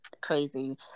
crazy